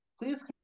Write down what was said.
Please